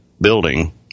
building